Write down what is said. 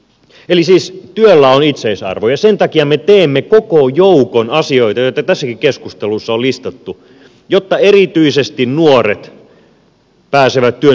eli siis työllä on itseisarvo ja sen takia me teemme koko joukon asioita joita tässäkin keskustelussa on listattu jotta erityisesti nuoret pääsevät työn syrjään kiinni